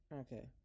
Okay